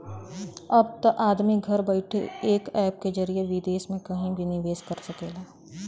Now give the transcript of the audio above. अब त आदमी घर बइठे एक ऐप के जरिए विदेस मे कहिं भी निवेस कर सकेला